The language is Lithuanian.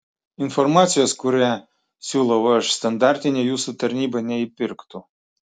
informacijos kurią siūlau aš standartinė jūsų tarnyba neįpirktų